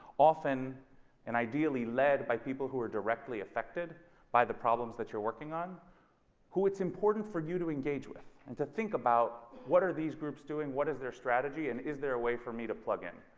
often and ideally led by people who are directly affected by the problems that you're working on who it's important for you to engage with. and to think about what are these groups doing. what is their strategy and is there a way for me to plug in.